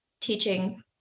teaching